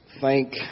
thank